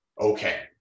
okay